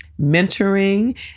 mentoring